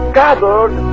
gathered